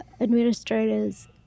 administrators